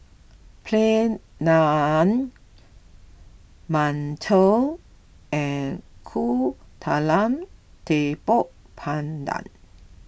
Plain Naan Mantou and Kuih Talam Tepong Pandan